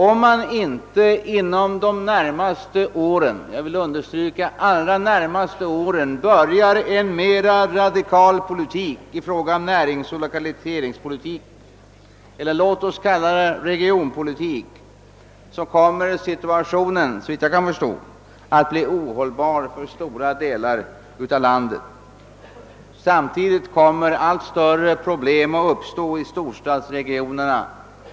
Om man inte inom de allra närmaste åren — jag vill understryka detta — börjar en radikalt utbyggd näringsoch lokaliseringspolitik, vi kan också kalla det regionpolitik, kommer situationen såvitt jag kan förstå att bli ohållbar i stora delar av landet. Samtidigt kom "mer allt större problem att uppstå i storstadsregionernå.